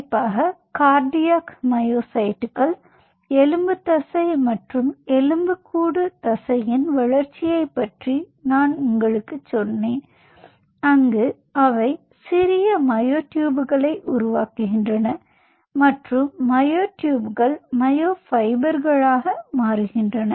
குறிப்பாக கார்டியாக் மயோசைட்டுகள் எலும்பு தசை மற்றும் எலும்புக்கூடு தசையின் வளர்ச்சியைப் பற்றி நான் உங்களுக்குச் சொன்னேன் அங்கு அவை சிறிய மயோட்யூப்களை உருவாக்குகின்றன மற்றும் மயோட்டூப்கள் மயோஃபைபர்களாக மாறுகின்றன